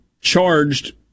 charged